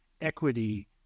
equity